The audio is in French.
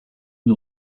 une